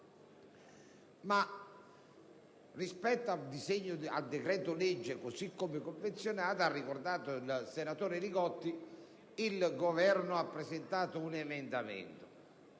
Ma rispetto al decreto-legge, così come confezionato, ha ricordato il senatore Li Gotti, il Governo ha presentato un suo emendamento,